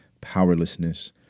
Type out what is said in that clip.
powerlessness